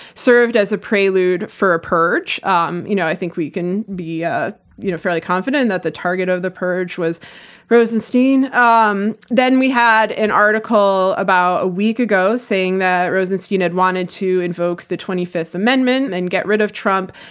served as a prelude for a purge. um you know i think we can be ah you know fairly confident that the target of the purge was rosenstein. um then we had an article, about a week ago, saying that rosenstein had wanted to invoke the twenty fifth amendment, then get rid of trump.